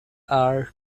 hour